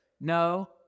No